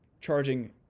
charging